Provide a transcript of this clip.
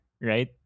right